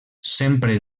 sempre